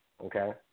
Okay